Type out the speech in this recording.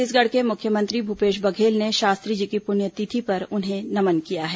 छत्तीसगढ़ के मुख्यमंत्री भूपेश बघेल ने शास्त्री जी की पुण्यतिथि पर उन्हें नमन किया है